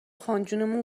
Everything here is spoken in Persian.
خانجون